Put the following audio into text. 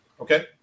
okay